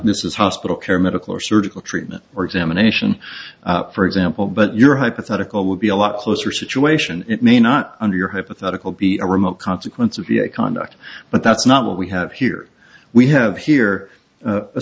is hospital care medical or surgical treatment or examination for example but your hypothetical would be a lot closer situation it may not under your hypothetical be a remote consequence of the conduct but that's not what we have here we have here